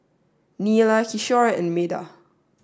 Neila Kishore and Medha